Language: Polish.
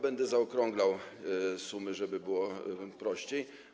Będę zaokrąglał sumy, żeby było prościej.